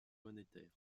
monétaire